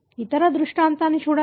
ఇతర దృష్టాంతాన్ని చూడండి